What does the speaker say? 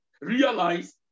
Realize